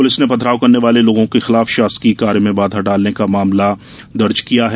प्रलिस ने पथराव करने वाले लोगों के खिलाफ शासकीय कार्य में बाधा डालने का मामला पंजीबद्ध किया है